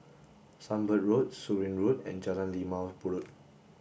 Sunbird Road Surin Road and Jalan Limau Purut